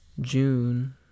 June